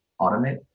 automate